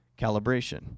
calibration